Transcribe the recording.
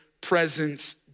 presence